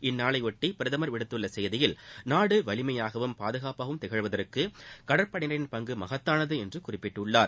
இந்நாளையொட்டி பிரதமர் விடுத்துள்ள செய்தியில் நாடு வலிமையாகவும் பாதுகாப்பாகவும் திகழ்வதற்கு கடற்படையினரின் பங்கு மகத்தானது என்று குறிப்பிட்டுள்ளார்